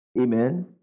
amen